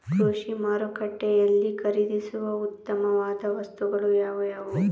ಕೃಷಿ ಮಾರುಕಟ್ಟೆಯಲ್ಲಿ ಖರೀದಿಸುವ ಉತ್ತಮವಾದ ವಸ್ತುಗಳು ಯಾವುವು?